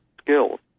skills